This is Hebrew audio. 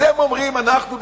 אתם אומרים: אנחנו,